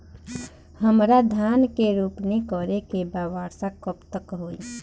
हमरा धान के रोपनी करे के बा वर्षा कब तक होई?